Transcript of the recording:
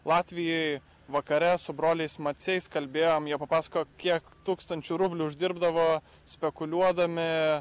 latvijoj vakare su broliais maciais kalbėjom jie papasakojo kiek tūkstančių rublių uždirbdavo spekuliuodami